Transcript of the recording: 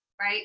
right